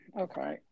okay